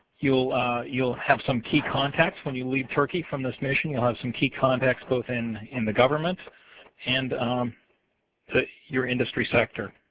youill youill have some key contacts when you leave turkey from this mission. youill have some key contacts both in in the government and your industry sector.